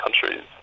countries